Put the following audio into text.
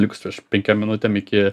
likus prieš penkiom minutėm iki